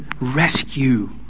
rescue